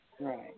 Right